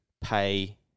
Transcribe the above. pay